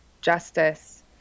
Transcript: justice